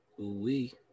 Ooh-wee